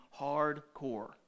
hardcore